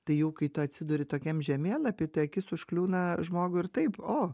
tai jau kai tu atsiduri tokiam žemėlapy akis užkliūna žmogui ir taip o